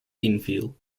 inviel